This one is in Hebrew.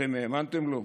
אתם האמנתם לו?